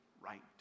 right